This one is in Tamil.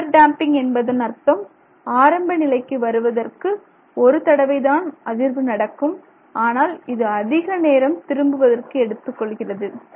ஓவர் டேம்பிங் என்பதன் அர்த்தம் ஆரம்ப நிலைக்கு வருவதற்கு ஒரு தடவைதான் அதிர்வு நடக்கும் ஆனால் இது அதிக நேரம் திரும்புவதற்கு எடுத்துக்கொள்கிறது